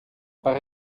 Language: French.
pas